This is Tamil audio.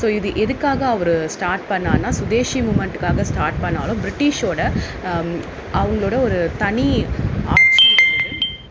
ஸோ இது எதுக்காக அவர் ஸ்டார்ட் பண்ணாருனால் சுதேசி மூமெண்ட்காக ஸ்டார்ட் பண்ணிணாலும் பிரிட்டிஷ் ஓட அவங்களோட ஒரு தனி ஆட்சி இருந்தது